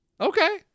Okay